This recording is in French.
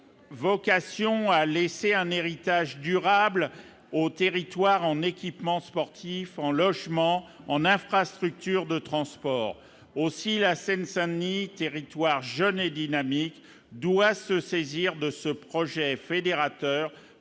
vocation a laissé un héritage durable au territoire en équipements sportifs en logements en infrastructures de transport aussi la Seine-Saint-Denis territoire jeune et dynamique doit se saisir de ce projet fédérateur